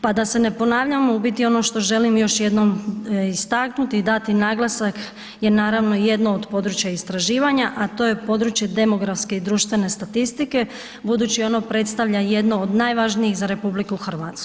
Pa da se ne ponavljamo u biti ono što želim još jednom istaknuti i dati naglasak je naravno jedno od područja istraživanja, a to je područje demografske i društvene statistike, budući ono predstavlja jedno od najvažnijih za RH.